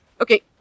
Okay